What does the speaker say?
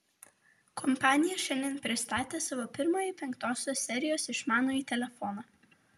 kompanija šiandien pristatė savo pirmąjį penktosios serijos išmanųjį telefoną